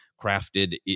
crafted